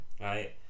Right